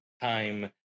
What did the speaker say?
time